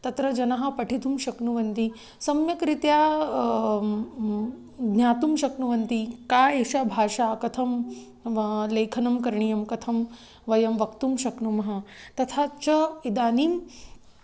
तत्र जनः पठितुं शक्नुवन्ति सम्यग्रीत्या ज्ञातुं शक्नुवन्ति का एषा भाषा कथं लेखनं करणीयं कथं वयं वक्तुं शक्नुमः तथा च इदानीं